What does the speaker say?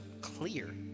clear